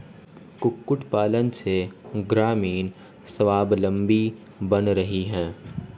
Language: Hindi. कुक्कुट पालन से ग्रामीण स्वाबलम्बी बन रहे हैं